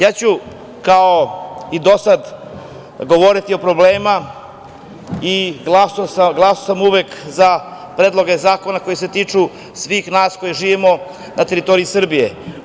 Ja ću govoriti o problemima i glasam uvek za Predloge zakona koji se tiču svih nas koji živimo na teritoriji Srbije.